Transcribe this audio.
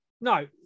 No